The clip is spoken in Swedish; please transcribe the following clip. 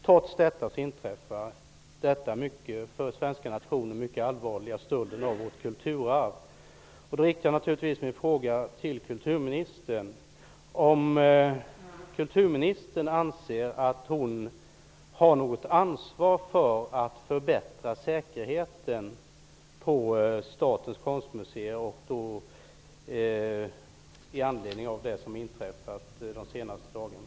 Trots detta inträffar den här för den svenska nationen mycket allvarliga stölden av en del av vårt kulturarv. Anser kulturministern att hon har något ansvar för att säkerheten på statens konstmuseer förbättras; i anledning av det som inträffat under de senaste dagarna?